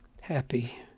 happy